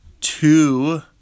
two